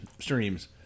streams